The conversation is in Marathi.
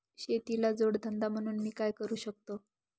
शेतीला जोड धंदा म्हणून मी काय करु शकतो?